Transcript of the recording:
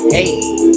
Hey